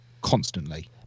constantly